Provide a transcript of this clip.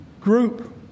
group